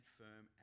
firm